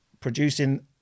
producing